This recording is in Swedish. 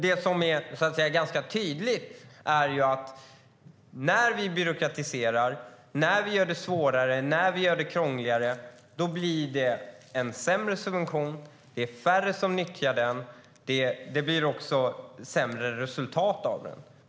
Det som är ganska tydligt är att när vi byråkratiserar, när vi gör det svårare och krångligare blir det en sämre subvention och färre som nyttjar den. Det blir också sämre resultat av den.